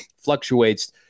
fluctuates